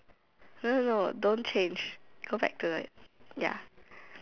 no no no don't change go back to the ya